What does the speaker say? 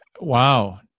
Wow